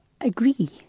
agree